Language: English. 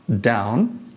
down